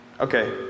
Okay